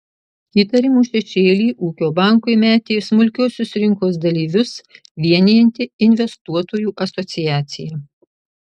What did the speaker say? įtarimų šešėlį ūkio bankui metė smulkiuosius rinkos dalyvius vienijanti investuotojų asociacija